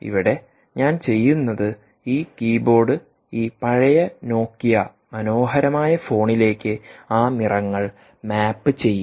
ഇവിടെ ഞാൻ ചെയ്യുന്നത് ഈ കീബോർഡ്ഈ പഴയ നോക്കിയമനോഹരമായ ഫോണിലേക്ക് ആ നിറങ്ങൾ മാപ്പ് ചെയ്യും